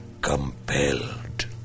compelled